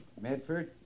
Medford